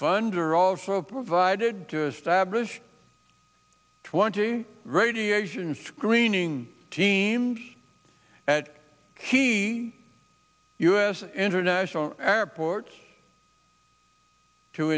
fund are also provided to establish twenty radiation screening teams at key u s international airports to